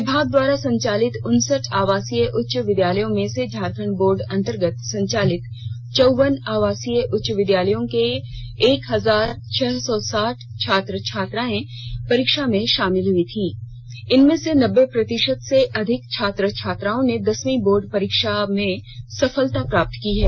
विभाग द्वारा संचालित उनसठ आवासीय उच्च विद्यालयों में से झारखंड बोर्ड अंतर्गत संचालित चौवन आवासीय उच्च विद्यालयों के एक हजार छह सौ साठ छात्र छात्राएं परीक्षा में शामिल हुई थीं इनमें से नब्बे प्रतिषत से अधिक छात्र छात्राओं ने दसवीं बोर्ड परीक्षा में सफलता प्राप्त की है